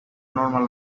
normal